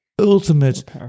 ultimate